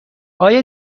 آیا